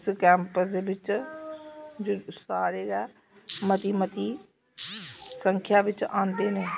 इस कैंप दे बिच्च सारे गै मती मती सख्यां बिच्च आंदे न